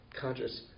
conscious